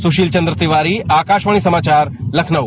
सुशील चन्द्र तिवारी आकाशवाणी समाचार लखनऊ